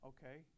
Okay